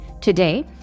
Today